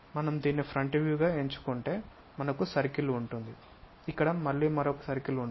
నేను దీన్ని ఫ్రంట్ వ్యూగా ఎంచుకోబోతున్నాను మనకు సర్కిల్ ఉంటుంది మళ్ళీ మరో సర్కిల్ ఉంటుంది